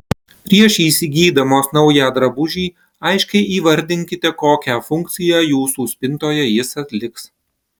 prieš įsigydamos naują drabužį aiškiai įvardinkite kokią funkciją jūsų spintoje jis atliks